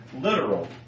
literal